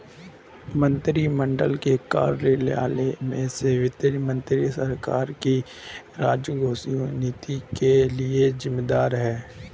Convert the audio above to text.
मंत्रिमंडल के कार्यालयों में से वित्त मंत्री सरकार की राजकोषीय नीति के लिए जिम्मेदार है